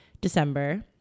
December